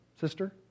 sister